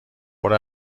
برو